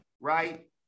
right